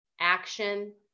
action